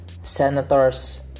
senators